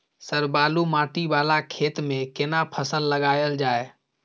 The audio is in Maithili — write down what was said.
सर बालू माटी वाला खेत में केना फसल लगायल जाय?